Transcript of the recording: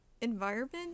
environment